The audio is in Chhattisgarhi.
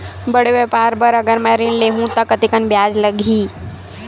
बड़े व्यापार बर अगर मैं ऋण ले हू त कतेकन ब्याज लगही?